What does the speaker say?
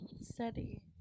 Steady